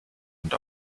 und